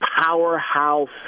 powerhouse